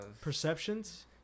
Perceptions